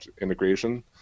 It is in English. integration